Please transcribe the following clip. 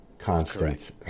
constant